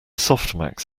softmax